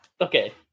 Okay